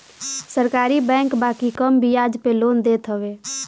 सरकारी बैंक बाकी कम बियाज पे लोन देत हवे